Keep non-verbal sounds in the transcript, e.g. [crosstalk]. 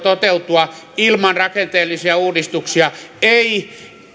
[unintelligible] toteutua ilman rakenteellisia uudistuksia